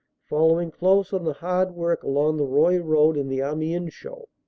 following close the hard work along the roye road in the amiens show.